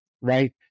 Right